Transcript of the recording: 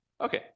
Okay